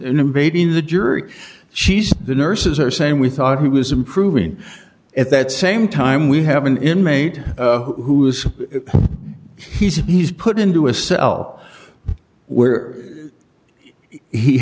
invading the jury she's the nurses are saying we thought he was improving at that same time we have an inmate who is he's he's put into a cell where he